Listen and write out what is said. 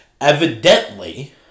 Evidently